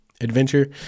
adventure